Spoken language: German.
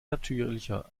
natürlicher